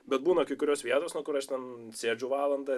bet būna kai kurios vietos kur aš ten sėdžiu valandą